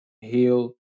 Heal